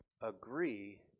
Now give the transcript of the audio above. agree